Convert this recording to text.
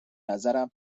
نظرم